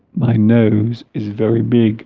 my nose is very big